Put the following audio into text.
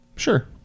sure